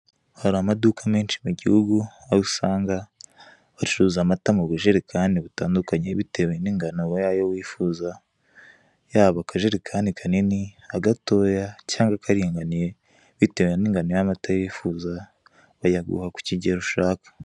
Hari amaduka menshi mu gihugu aho usanga bacuruza amata mu bujerekani butandukanye bitewe n'ingano y'ayo wifuza yaba akajerekani kanini, agatoya cyangwa akaringaniye bitewe n'ingano y'amata wifuza bayaguha ku kigero ushaka.